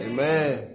Amen